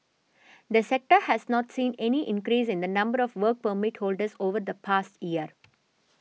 the sector has not seen any increase in the number of Work Permit holders over the past year